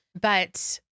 But-